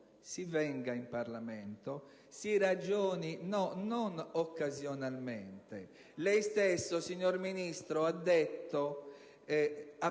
si venga in Parlamento e si ragioni non occasionalmente. Lei stesso, signor Ministro, ha detto